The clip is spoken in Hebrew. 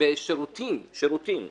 בשירותים ציבוריים,